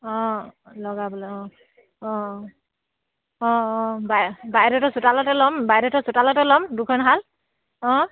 অঁ লগাবলে অঁ অঁ অঁ অঁ চোতালতে ল'ম বাইদেউহঁতৰ চোতালতে ল'ম দুখন শাল অঁ